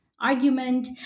argument